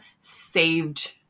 saved